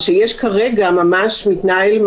שממש כרגע מתנהלות